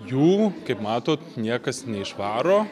jų kaip matot niekas neišvaro